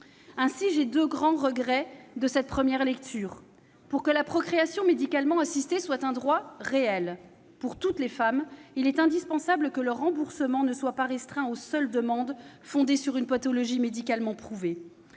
Aussi, j'ai deux grands regrets à l'issue de cette première lecture. Premièrement, pour que la procréation médicalement assistée soit un droit réel pour toutes les femmes, il est indispensable que le remboursement ne soit pas restreint aux seules demandes fondées sur une pathologie médicalement prouvée